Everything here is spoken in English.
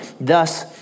Thus